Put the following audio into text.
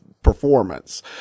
performance